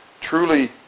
truly